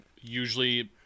usually